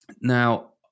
Now